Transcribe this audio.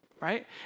right